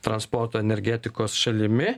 transporto energetikos šalimi